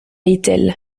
etel